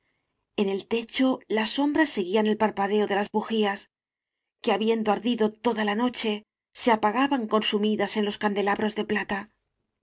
en el techo las sombras seguían el parpadeo de las bujías que habiendo ardido toda la noche se apagaban consumidas en los can delabros de plata